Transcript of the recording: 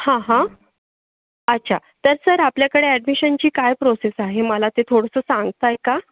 हां हां अच्छा तर सर आपल्याकडे ॲडमिशनची काय प्रोसेस आहे मला ते थोडंसं सांगताय का